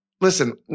listen